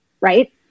Right